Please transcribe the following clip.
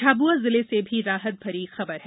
झाब्आ जिले से भी राहत भरी खबर है